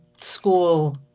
school